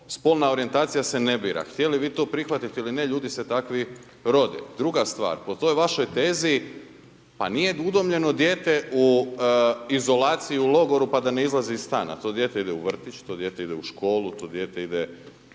spolna orijentacija se ne bira, htjeli vi to prihvatiti ili ne, ljudi se takvi rode. Druga stvar, po toj vašoj tezi, pa nije udomljeno dijete u izolaciju u logoru, pa da ne izlazi iz stana, to dijete ide u vrtić, to dijete ide u školu, to dijete ide